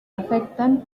afectan